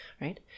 right